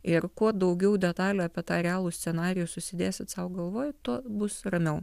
ir kuo daugiau detalių apie tą realų scenarijus susidėsit sau galvoj tuo bus ramiau